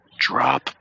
Drop